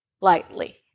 lightly